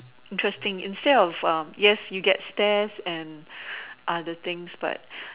interesting instead of err yes you get stares and other things but